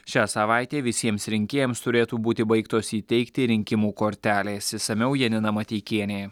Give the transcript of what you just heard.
šią savaitę visiems rinkėjams turėtų būti baigtos įteikti rinkimų kortelės išsamiau janina mateikienė